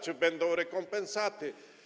Czy będą rekompensaty?